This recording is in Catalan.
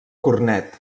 cornet